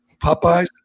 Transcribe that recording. Popeyes